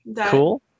Cool